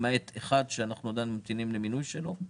למעט אחד שאנחנו עדיין ממתינים למינוי שלו.